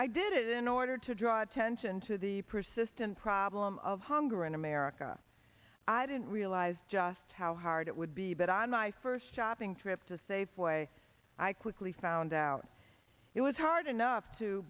i did it in order to draw attention to the persistent problem of hunger and america i didn't realize just how hard it would be but on my first shopping trip to safeway i quickly found out it was hard enough to